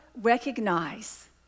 recognize